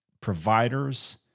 providers